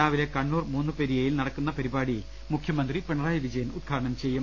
രാവിലെ കണ്ണൂർ മൂന്നുപെരിയയിൽ നടക്കുന്ന പരിപാടി മുഖ്യമന്ത്രി പിണറായി വിജയൻ ഉദ്ഘാടനം ചെയ്യും